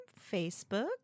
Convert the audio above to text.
Facebook